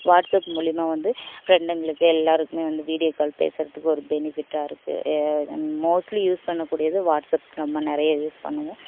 WhatsApp மூலிமா வந்து ஃப்ரெண்டுங்களுக்கு எல்லோருக்குமே வந்து வீடியோ கால் பேசுகிறத்துக்கு ஒரு பெனிஃபிட்டாக இருக்குது மோஸ்ட்லி யூஸ் பண்ணக்கூடியது வாட்ஸ்அப் ரொம்ப நிறைய யூஸ் பண்ணுவோம்